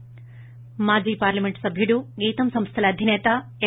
ి మాజీ పార్లమెంటు సభ్యుడు గీతం సంస్థల అధిసేత ఎం